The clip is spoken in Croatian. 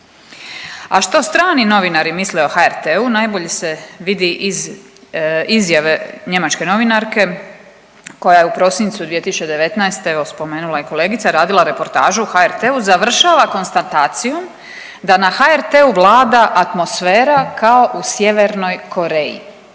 A što strani novinari misle o HRT-u najbolje se vidi iz izjave njemačke novinarke koja je u prosincu 2019., evo spomenula je kolegica radila reportažu o HRT-u završava s konstatacijom da na HRT-u vlada atmosfera kao u Sjevernoj Koreji,